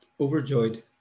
overjoyed